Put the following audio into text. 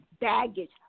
baggage